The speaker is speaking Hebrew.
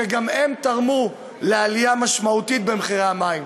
שגם הם תרמו לעלייה משמעותית במחירי המים.